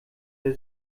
der